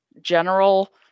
general